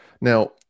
Now